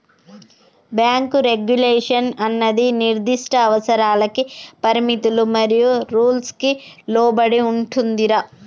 bank regulation అన్నది నిర్దిష్ట అవసరాలకి పరిమితులు మరియు రూల్స్ కి లోబడి ఉంటుందిరా